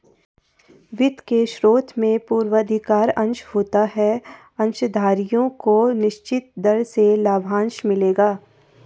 वित्त के स्रोत में पूर्वाधिकार अंश होता है अंशधारियों को निश्चित दर से लाभांश मिलेगा